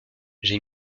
j’ai